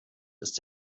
ist